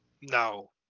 No